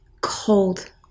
cold